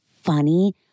funny